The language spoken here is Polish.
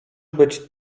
być